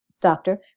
doctor